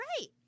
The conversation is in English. right